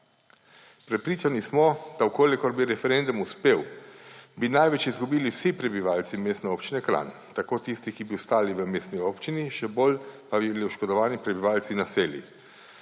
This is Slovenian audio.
Prepričani smo, da če bi referendum uspel, bi največ izgubili vsi prebivalci Mestne občine Kranj, tako tisti, ki bi ostali v mestni občini, še bolj pa bi bili oškodovani prebivalci naselij